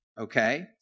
okay